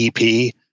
EP